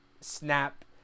snap